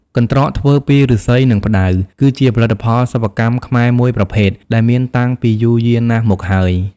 កន្ត្រកធ្វើពីឫស្សី និងផ្តៅ គឺជាផលិតផលសិប្បកម្មខ្មែរមួយប្រភេទដែលមានតាំងពីយូរយារណាស់មកហើយ។